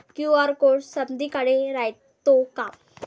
QR code समदीकडे रायतो का?